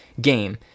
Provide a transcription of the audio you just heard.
game